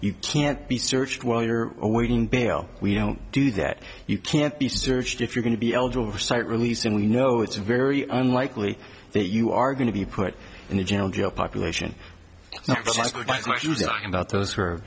you can't be searched while you're awaiting bail we don't do that you can't be searched if you're going to be eligible for site release and we know it's very unlikely that you are going to be put in the general geo population about those who are